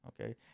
Okay